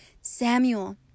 Samuel